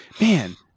Man